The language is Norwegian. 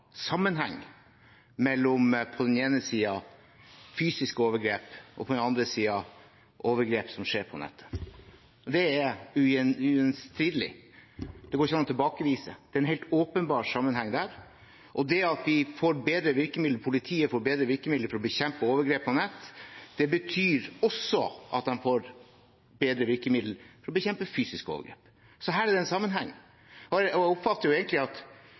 sammenheng mellom på den ene siden fysiske overgrep og på den andre siden overgrep som skjer på nettet. Det er ugjendrivelig; det går det ikke an å tilbakevise. Det er en helt åpenbar sammenheng der. Det at politiet får bedre virkemidler for å bekjempe overgrep på nettet, betyr også at de får bedre virkemidler til å bekjempe fysiske overgrep. Her er det en sammenheng. Jeg oppfatter det som at